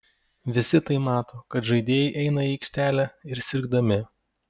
visi tai mato kad žaidėjai eina į aikštelę ir sirgdami